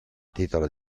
titolo